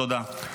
תודה.